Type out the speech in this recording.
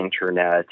internet